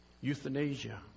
Euthanasia